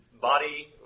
body